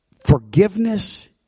Forgiveness